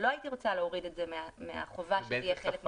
אבל לא הייתי רוצה להוריד את זה מהחובה שזה יהיה חלק מההסכמה.